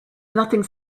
nothing